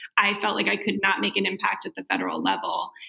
i felt like i could not make an impact at the federal level.